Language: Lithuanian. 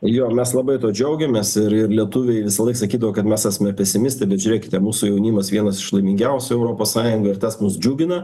jo mes labai tuo džiaugiamės ir ir lietuviai visąlaik sakydavo kad mes esme pesimistai bet žiūrėkite mūsų jaunimas vienas iš laimingiausių europos sąjungoj ir tas mus džiugina